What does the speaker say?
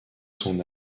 son